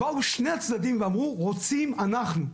באו שני הצדדים ואמרו רוצים אנחנו.